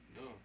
No